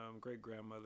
great-grandmother